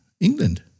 England